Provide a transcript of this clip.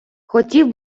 хотів